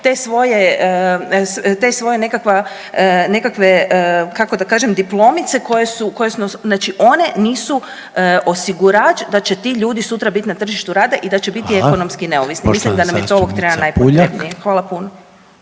nekakva, nekakve kako da kažem diplomice koje su, znači one nisu osigurač da će ti ljudi sutra biti na tržištu rada i da će biti …/Upadica: Hvala./… ekonomski neovisni. Mislim da nam je to ovoga trena …/Govornici govore